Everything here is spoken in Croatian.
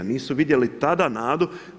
Nisu vidjeli tada nadu.